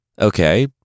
okay